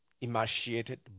emaciated